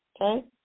Okay